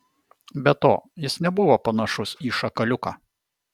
be to jis nebuvo panašus į šakaliuką